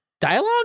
dialogue